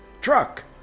truck